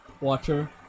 watcher